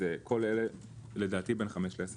כל אלה, לדעתי, בין חמש ל-10